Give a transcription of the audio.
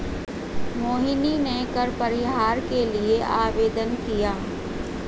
मोहिनी ने कर परिहार के लिए आवेदन किया